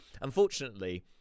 unfortunately